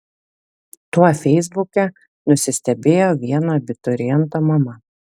tuo feisbuke nusistebėjo vieno abituriento mama